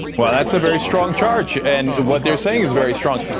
well, that's a very strong charge. and what they're saying is very strong.